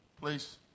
please